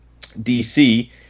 DC